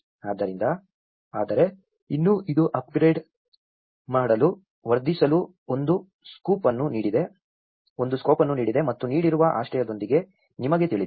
ಆದ್ದರಿಂದ ಆದರೆ ಇನ್ನೂ ಇದು ಅಪ್ಗ್ರೇಡ್ ಮಾಡಲು ವರ್ಧಿಸಲು ಒಂದು ಸ್ಕೋಪ್ ಅನ್ನು ನೀಡಿದೆ ಮತ್ತು ನೀಡಿರುವ ಆಶ್ರಯದೊಂದಿಗೆ ನಿಮಗೆ ತಿಳಿದಿದೆ